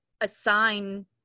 assign